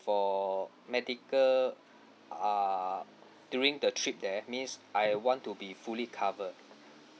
for medical uh during the trip there means I want to be fully cover